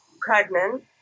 pregnant